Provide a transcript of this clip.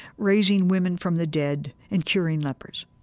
raising women from the dead and curing lepers.